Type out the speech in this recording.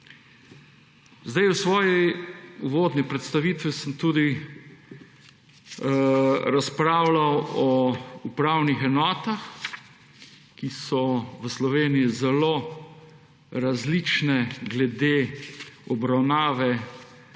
prav. V svoji uvodni predstavitvi sem tudi razpravljal o upravnih enotah, ki so v Sloveniji zelo različne glede obravnave oziroma